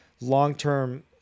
long-term